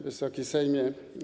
Wysoki Sejmie!